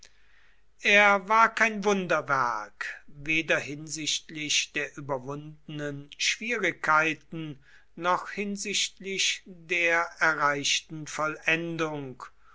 er war kein wunderwerk weder hinsichtlich der überwundenen schwierigkeiten noch hinsichtlich der erreichten